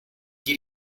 gli